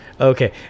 Okay